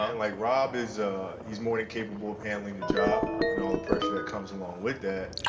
um like rob is he's more than capable of handling the job and all the pressure that comes along with that.